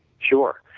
sure.